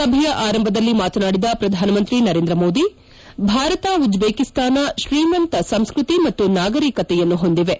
ಸಭೆಯ ಆರಂಭದಲ್ಲಿ ಮಾತನಾಡಿದ ಪ್ರಧಾನಮಂತ್ರಿ ನರೇಂದ್ರ ಮೋದಿ ಭಾರತ ಉಜ್ಜೇಕಿಸ್ತಾನ ತ್ರೀಮಂತ ಸಂಸ್ಕೃತಿ ಮತ್ತು ನಾಗರಿಕತೆಯನ್ನು ಹೊಂದಿವೆ